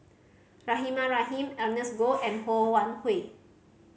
Rahimah Rahim Ernest Goh and Ho Wan Hui